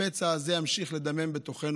הפצע הזה ימשיך לדמם בתוכנו,